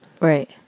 right